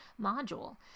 module